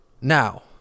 Now